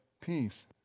Peace